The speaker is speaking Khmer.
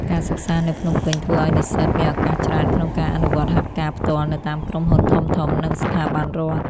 ការសិក្សានៅភ្នំពេញធ្វើឱ្យនិស្សិតមានឱកាសច្រើនក្នុងការអនុវត្តហាត់ការផ្ទាល់នៅតាមក្រុមហ៊ុនធំៗ និងស្ថាប័នរដ្ឋ។